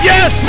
Yes